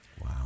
Wow